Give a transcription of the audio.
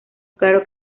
claro